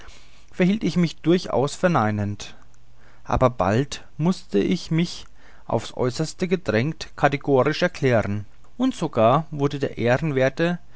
ich mich durchaus verneinend aber bald mußte ich mich auf's aeußerste gedrängt kategorisch erklären und sogar wurde der